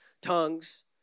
tongues